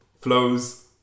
Flows